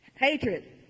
Hatred